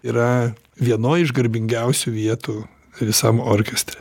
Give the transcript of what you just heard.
yra vienoj iš garbingiausių vietų visam orkestre